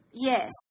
Yes